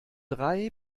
drei